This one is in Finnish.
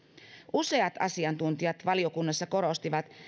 useat asiantuntijat valiokunnassa korostivat